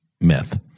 myth